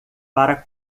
para